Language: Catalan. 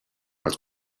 els